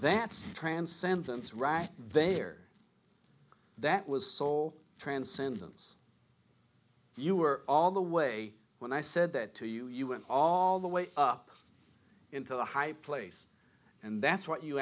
that's transcendence right there that was soul transcendence you were all the way when i said that to you you went all the way up into a high place and that's what you